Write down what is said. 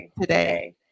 today